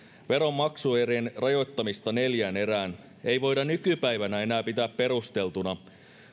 veron maksuerien rajoittamista neljään erään ei voida nykypäivänä enää pitää perusteltuna